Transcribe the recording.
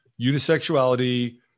Unisexuality